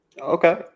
Okay